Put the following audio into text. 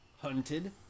hunted